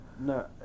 No